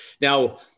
Now